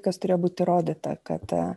kas turėjo būt įrodyta kad